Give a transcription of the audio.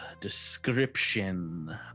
description